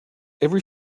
every